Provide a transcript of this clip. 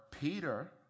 Peter